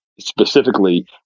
specifically